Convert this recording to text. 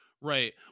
Right